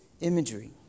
imagery